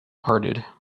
hearted